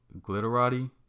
Glitterati